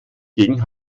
gegen